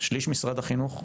שליש משרד החינוך,